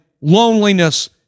loneliness